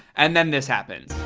and then this happens.